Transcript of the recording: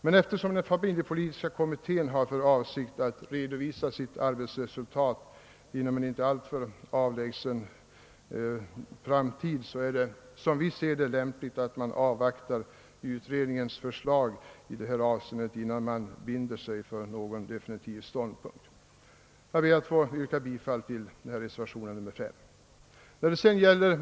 Men eftersom familjepolitiska kommittén har för avsikt att redovisa sitt arbetsresultat inom en inte alltför avlägsen framtid, är det som vi ser saken lämpligt att avvakta utredningens förslag innan man binder sig för någon definitiv ståndpunkt. Jag ber att få yrka bifall till reservationen 5.